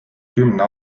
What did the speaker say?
kümne